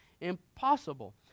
impossible